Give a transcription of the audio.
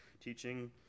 teaching